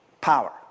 Power